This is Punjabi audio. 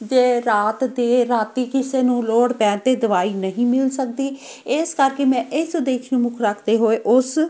ਜੇ ਰਾਤ ਦੇ ਰਾਤੀ ਕਿਸੇ ਨੂੰ ਲੋੜ ਪੈਣ 'ਤੇ ਦਵਾਈ ਨਹੀਂ ਮਿਲ ਸਕਦੀ ਇਸ ਕਰਕੇ ਮੈਂ ਇਸ ਉਦੇਸ਼ ਨੂੰ ਮੁੱਖ ਰੱਖਦੇ ਹੋਏ ਉਸ